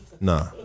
Nah